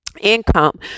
income